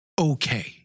okay